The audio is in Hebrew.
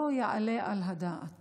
לא יעלה על הדעת